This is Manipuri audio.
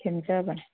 ꯁꯦꯝꯖꯕꯅꯤ